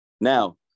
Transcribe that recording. Now